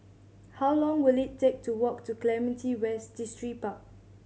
how long will it take to walk to Clementi West Distripark